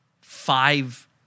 five